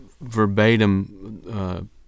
verbatim